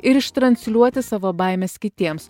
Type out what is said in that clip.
ir iš transliuoti savo baimes kitiems